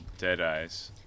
Deadeyes